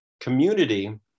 community